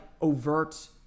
overt